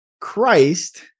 Christ